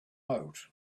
out